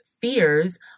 fears